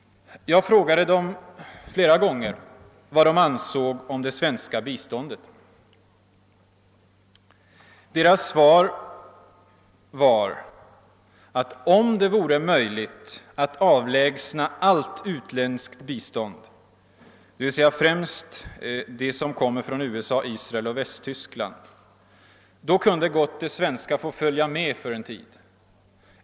Jag frågade dem flera gånger vad de ansåg om det svenska biståndet. Deras svar var att om det vore möjligt att avlägsna allt utländskt bistånd — d. v. s. främst det som kommer från USA, Israel och Västtyskland — kunde gott det svenska få följa med för en tid.